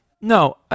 no